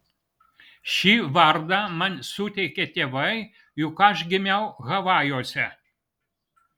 šį vardą man suteikė tėvai juk aš gimiau havajuose